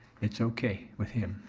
it's okay with him.